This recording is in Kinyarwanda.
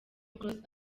close